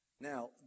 Now